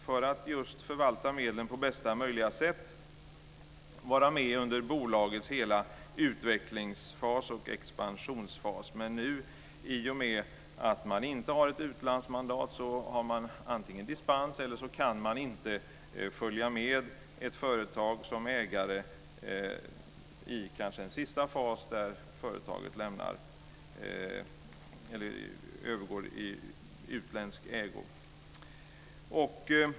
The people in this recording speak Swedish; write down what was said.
För att förvalta medlen på bästa möjliga sätt vill man vara med under bolagets hela utvecklingsfas och expansionsfas. Men i och med att man saknar utlandsmandat måste man skaffa sig dispens, för annars kan man inte följa med ett företag som ägare i en eventuell sista fas, då företaget övergår i utländsk ägo.